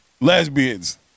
lesbians